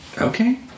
Okay